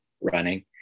running